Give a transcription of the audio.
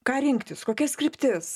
ką rinktis kokias kryptis